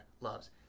loves